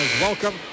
welcome